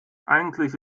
eigentlich